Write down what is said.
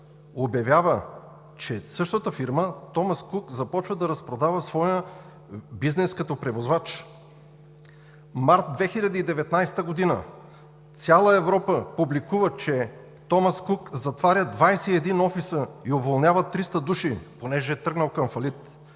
обявява, че същата фирма „Томас Кук“ започва да разпродава своя бизнес като превозвач. Месец март 2019 г. цяла Европа публика, че „Томас Кук“ затваря 21 офиса и уволнява 300 души, понеже е тръгнал към фалит.